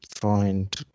find